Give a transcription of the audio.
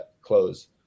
close